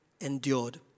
endured